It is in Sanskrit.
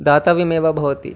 दातव्यमेव भवति